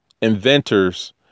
inventors